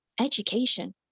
education